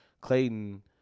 Clayton